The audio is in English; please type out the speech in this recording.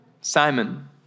Simon